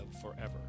forever